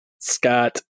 Scott